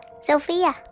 Sophia